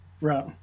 Right